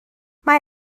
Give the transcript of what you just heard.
mae